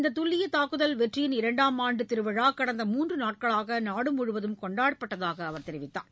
இந்த துல்லிய தாக்குதல் வெற்றியின் இரண்டாம் ஆண்டு திருவிழா கடந்த மூன்று நாட்களாக நாடு முழுவதும் கொண்டாடப்பட்டதாக அவர் தெரிவித்தார்